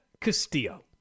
Castillo